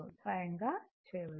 స్వయంగా చేయవచ్చు